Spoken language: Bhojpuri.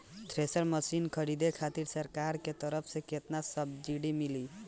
थ्रेसर मशीन खरीदे खातिर सरकार के तरफ से केतना सब्सीडी मिली?